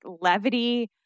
levity